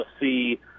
see –